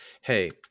hey